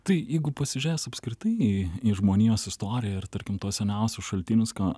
tai jeigu pasižiūrėjus apskritai į žmonijos istoriją ir tarkim tuos seniausius šaltinius ką